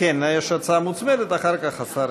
יש הצעה מוצמדת, ואחר כך השר ישיב.